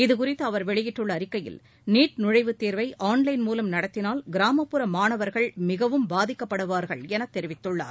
இதுகுறித்து அவர் வெளியிட்டுள்ள அறிக்கையில் நீட் நுழைவுத்தேர்வை ஆன்லைன் மூலம் நடத்தினால் கிராமப்புற மாணவர்கள் மிகவும் பாதிக்கப்படுவார்கள் என தெரிவித்துள்ளார்